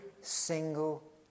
single